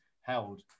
held